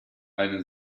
eine